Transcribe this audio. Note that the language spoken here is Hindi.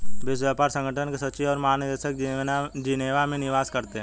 विश्व व्यापार संगठन के सचिव और महानिदेशक जेनेवा में निवास करते हैं